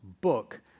book